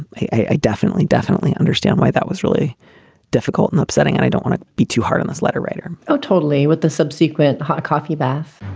i definitely, definitely understand why that was really difficult and upsetting. and i don't want to be too hard on this letter writer. oh, totally. with the subsequent hot coffee bath.